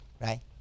right